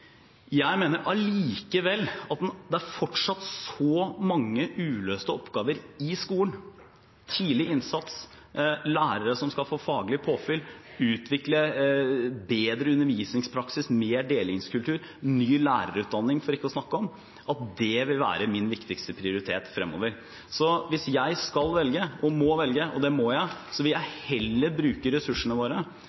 Jeg mener allikevel at det fortsatt er så mange uløste oppgaver i skolen – tidlig innsats, lærere som skal få faglig påfyll, utvikle bedre undervisningspraksis, mer delingskultur, for ikke å snakke om ny lærerutdanning – at det vil være min viktigste prioritet fremover. Så hvis jeg skal velge og må velge – og det må jeg – vil jeg